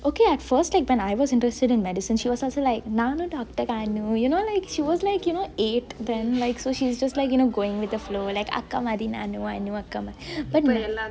okay at first like when I was interested in medicine she was also like நானு:naanu doctor ஆகனு:aagenu you know like she was like eight then like so she's like also going with the flow அக்கா மாரி நானு ஆணு அக்கா:akka maari naanu aanu akka but